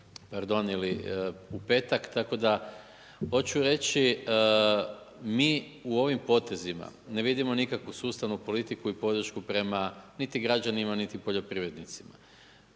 pardon, u petak, tako da hoću reći mi u ovim potezima ne vidimo nikakvu sustavu politiku i podršku prema niti građanima niti poljoprivrednicima.